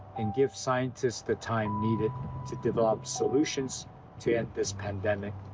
and give scientists the time needed to develop solutions to end this pandemic.